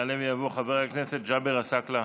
יעלה ויבוא חבר הכנסת ג'אבר עסאקלה,